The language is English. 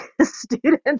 students